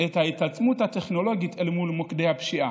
את ההתעצמות הטכנולוגית אל מול מוקדי הפשיעה.